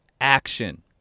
action